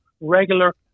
regular